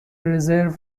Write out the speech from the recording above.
رزرو